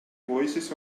voices